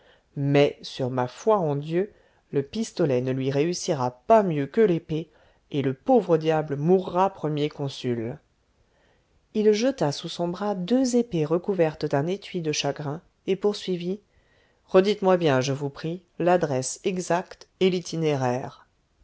mais sur ma foi en dieu le pistolet ne lui réussira pas mieux que l'épée et le pauvre diable mourra premier consul il jeta sous son bras deux épées recouvertes d'un étui de chagrin et poursuivit redites moi bien je vous prie l'adresse exacte et l'itinéraire